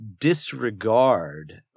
disregard